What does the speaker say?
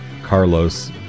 Carlos